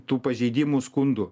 tų pažeidimų skundų